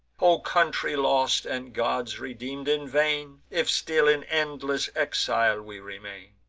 o country lost, and gods redeem'd in vain, if still in endless exile we remain!